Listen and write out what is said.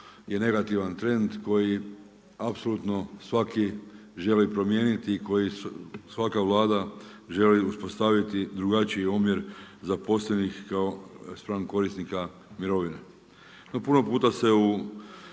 je negativan trend, koji apsolutno svaki želi promijeniti i koji svaka Vlada želi uspostaviti drugačiji omjer zaposlenih spram korisnika mirovina. Puno puta se u